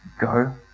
Go